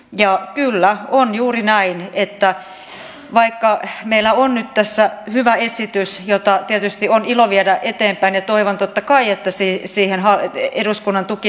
ja kyllä on juuri näin että vaikka meillä on nyt tässä hyvä esitys jota tietysti on ilo viedä eteenpäin ja toivon totta kai että siihen eduskunnan tuki